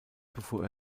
bevor